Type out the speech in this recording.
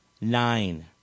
nine